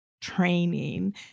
training